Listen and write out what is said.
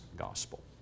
gospel